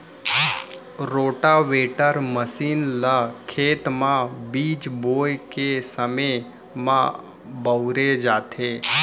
rotavator machine ल खेत म बीज बोए के समे म बउरे जाथे